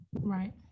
Right